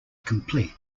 complete